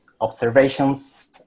observations